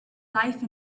life